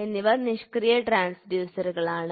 എന്നിവ നിഷ്ക്രിയ ട്രാൻഡ്യൂസറുകൾ ആണ്